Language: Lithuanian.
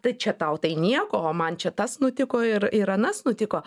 tai čia tau tai nieko o man čia tas nutiko ir ir anas nutiko